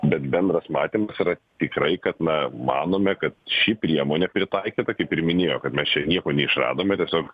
bet bendras matymas yra tikrai kad na manome kad ši priemonė pritaikyta kaip ir minėjo kad mes čia nieko neišradome tiesiog